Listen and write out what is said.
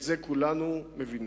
את זה כולנו מבינים.